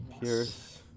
Pierce